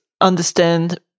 understand